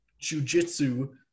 jujitsu